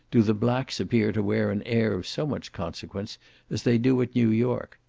do the blacks appear to wear an air of so much consequence as they do at new york.